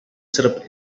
syrup